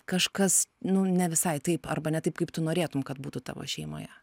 kažkas nu ne visai taip arba ne taip kaip tu norėtum kad būtų tavo šeimoje